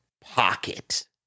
pocket